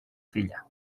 filla